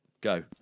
go